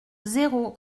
zéro